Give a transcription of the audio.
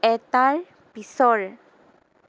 এটাৰ পিছৰ